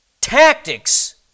Tactics